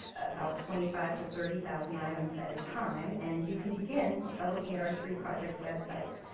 about twenty five to thirty thousand items at a time. and you can begin by looking at our three project websites.